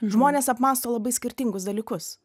žmonės apmąsto labai skirtingus dalykus